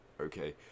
okay